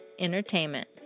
entertainment